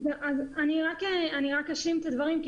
אני רק אשלים את הדברים,